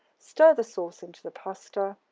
stir the sauce into the pasta.